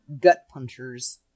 gut-punchers